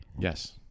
Yes